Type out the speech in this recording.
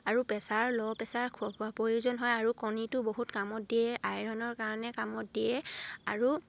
আৰু প্ৰেছাৰ ল' প্ৰেচাৰ প্ৰয়োজন হয় আৰু কণীটো বহুত কামত দিয়ে আইৰণৰ কাৰণে কামত দিয়ে আৰু